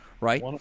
right